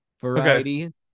variety